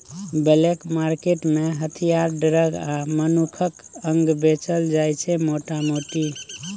black market मे हथियार, drug आ मनुखक अंग बेचल जाइ छै मोटा मोटी